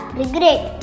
regret